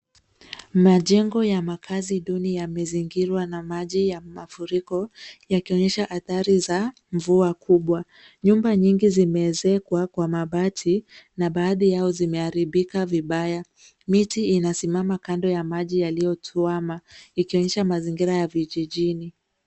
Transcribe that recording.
Majengo ya makazi duni yamezingirwa na maji ya mafuriko yakionyesha athari za mvua kubwa. Nyumba nyingi zimeezekwa kwa mabati na baadhi yao zimeharibika vibaya. Miti inasimama kando ya maji yakiyotuama ikionyesha mazingira ya vijijini.